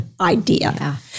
idea